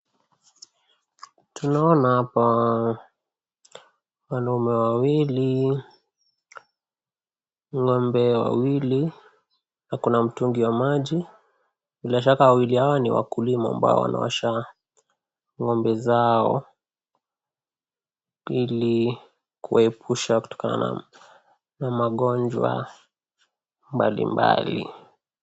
Tunaona hapa wanaume wawili, ng'ombe wawili na kuna mtungi ya maji. Bilashaka wawili hawa ni wakulima ambao wanaosha ng'ombe zao ili kuwaepusha kutokana na na magonjwa mbali mbali.